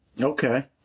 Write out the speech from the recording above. Okay